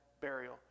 burial